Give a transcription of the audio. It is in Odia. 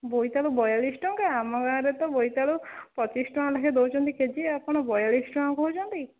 ବୋଇତାଳୁ ବୟାଳିଶ ଟଙ୍କା ଆମ ଗାଁରେ ତ ବୋଇତାଳୁ ପଚିଶ ଟଙ୍କା ଲେଖାଏଁ ଦେଉଛନ୍ତି କେ ଜି ଆପଣ ବୟାଳିଶ ଟଙ୍କା କହୁଛନ୍ତି